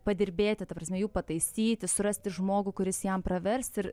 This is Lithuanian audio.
padirbėti ta prasme jų pataisyti surasti žmogų kuris jam pravers ir